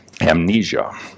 amnesia